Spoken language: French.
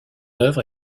œuvre